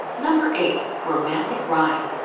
number eight. romantic rhine.